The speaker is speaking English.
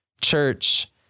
church